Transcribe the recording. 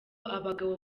abagabo